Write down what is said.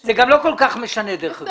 זה גם לא כל כך משנה, דרך אגב.